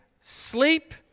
sleep